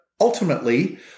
ultimately